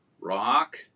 Rock